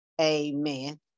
Amen